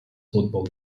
football